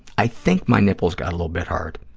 i think my nipples got a little bit hard.